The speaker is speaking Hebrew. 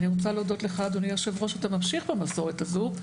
אני רוצה להודות לך אדוני יושב הראש שאתה ממשיך במסורת הזו,